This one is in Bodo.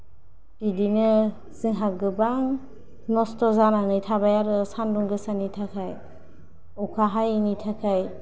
बिदिनो जोंहा गोबां नस्थ' जानानै थाबाय आरो सानदुं गोसानि थाखाय अखा हायैनि थाखाय